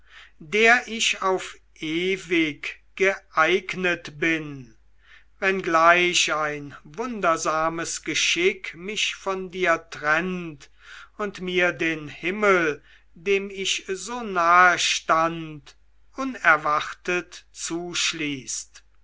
der ich auf ewig geeignet bin wenngleich ein wundersames geschick mich von dir trennt und mir den himmel dem ich so nahe stand unerwartet zuschließt